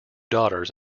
daughters